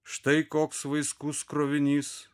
štai koks vaiskus krovinys